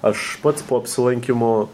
aš pats po apsilankymo